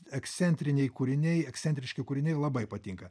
ekscentriniai kūriniai ekscentriški kūriniai labai patinka